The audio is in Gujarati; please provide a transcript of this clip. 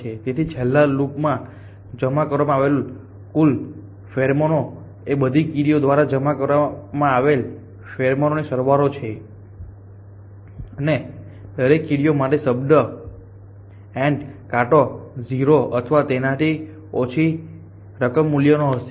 તેથી છેલ્લા લૂપમાં જમા કરવામાં આવેલી કુલ ફેરોમન એ બધી કીડીઓ દ્વારા જમા કરવામાં આવેલા ફેરોમોનનો સરવાળો છે અને દરેક કીડીઓ માટે આ શબ્દ i j k કાં તો 0 અથવા તેનાથી ઓછી રકમમૂલ્ય હશે